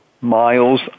miles